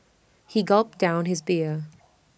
he gulped down his beer